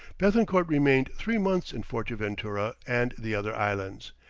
bethencourt remained three months in fortaventura and the other islands.